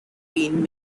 been